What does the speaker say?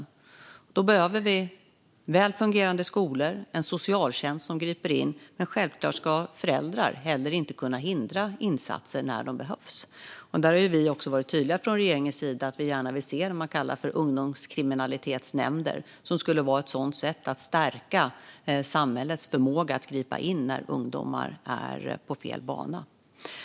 Vi behöver välfungerande skolor och en socialtjänst som griper in, och självklart ska föräldrar inte kunna hindra insatser när de behövs. Regeringen har varit tydlig med att den vill se så kallade ungdomskriminalitetsnämnder. Det skulle vara ett sätt att stärka samhällets förmåga att gripa in när ungdomar är på fel bana.